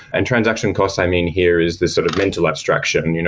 and transaction cost i mean here is this sort of mental abstraction. and you know